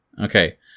Okay